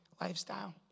lifestyle